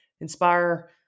inspire